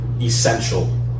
essential